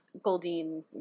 Goldine